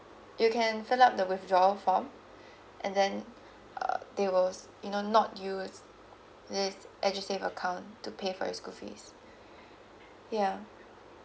you can fill up the withdrawal form and then err they will you know not used this edusave account to pay for your school fees yeah